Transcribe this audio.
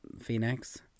phoenix